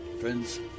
Friends